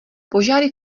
požáry